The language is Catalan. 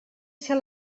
ser